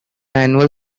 annual